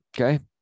okay